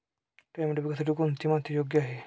Tomato पिकासाठी कोणती माती योग्य आहे?